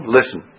Listen